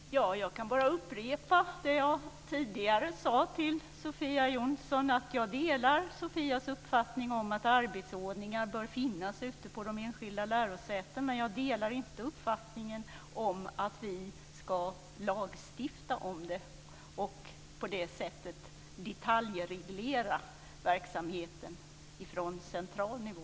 Herr talman! Jag kan bara upprepa det jag tidigare sade till Sofia Jonsson, att jag delar Sofias uppfattning om att arbetsordningar bör finnas på de enskilda lärosätena. Men jag delar inte uppfattningen att vi ska lagstifta om det och på det sättet detaljreglera verksamheten från central nivå.